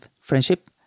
friendship